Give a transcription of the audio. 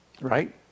Right